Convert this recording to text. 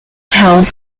town